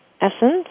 essence